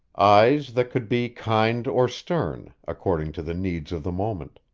eyes that could be kind or stern, according to the needs of the moment.